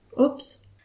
Oops